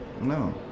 No